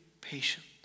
patient